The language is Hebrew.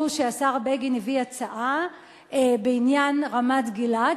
שהשר בגין הביא הצעה בעניין רמת-גלעד,